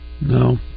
No